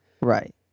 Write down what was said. Right